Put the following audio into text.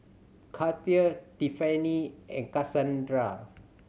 Gaither Tiffanie and Kassandra